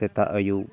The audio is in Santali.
ᱥᱮᱛᱟᱜ ᱟ ᱭᱩᱵ